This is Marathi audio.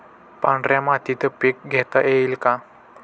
पांढऱ्या मातीत पीक घेता येईल का?